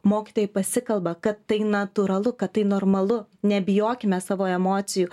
mokytojai pasikalba kad tai natūralu kad tai normalu nebijokime savo emocijų